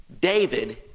David